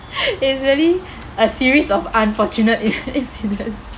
is really a series of unfortunate in~ incidents